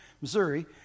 Missouri